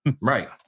Right